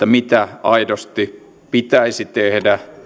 mitä aidosti pitäisi tehdä